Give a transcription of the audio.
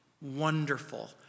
wonderful